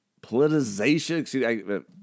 politicization